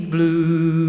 Blue